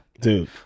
Dude